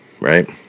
right